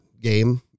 game